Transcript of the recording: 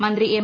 മന്ത്രി എം